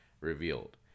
revealed